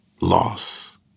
loss